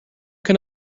can